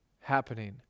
happening